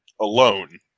alone